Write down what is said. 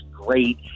great